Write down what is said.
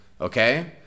okay